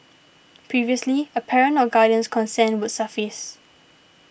previously a parent or guardian's consent would suffice